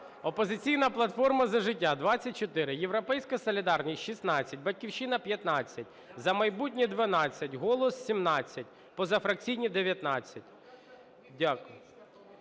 "Опозиційна платформа - За життя" – 24, "Європейська солідарність" – 16, "Батьківщина" – 15, "За майбутнє" – 12, "Голос" – 17, позафракційні – 19. Дякую.